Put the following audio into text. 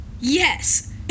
Yes